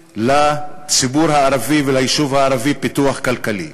לציבור הערבי וליישוב הערבי פיתוח כלכלי.